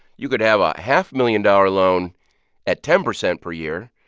you could have a half-million-dollar loan at ten percent per year,